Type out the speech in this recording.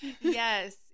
Yes